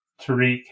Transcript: Tariq